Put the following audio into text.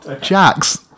Jax